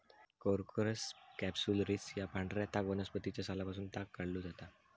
Corchorus capsularis या पांढऱ्या ताग वनस्पतीच्या सालापासून ताग काढलो जाता